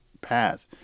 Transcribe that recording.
path